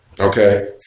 Okay